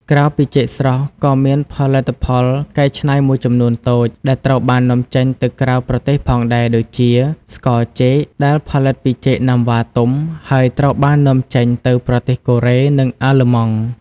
ក្រៅពីចេកស្រស់ ក៏មានផលិតផលកែច្នៃមួយចំនួនតូចដែលត្រូវបាននាំចេញទៅក្រៅប្រទេសផងដែរ ដូចជា ស្ករចេក ដែលផលិតពីចេកណាំវ៉ាទុំ ហើយត្រូវបាននាំចេញទៅប្រទេសកូរ៉េ និងអាល្លឺម៉ង់។